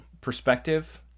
perspective